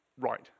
right